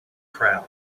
crowd